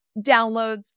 downloads